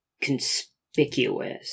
conspicuous